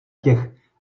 těch